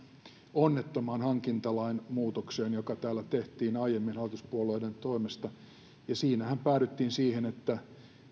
onnettomaan hankintalain muutokseen joka tehtiin aiemmin hallituspuolueiden toimesta siinähän päädyttiin siihen että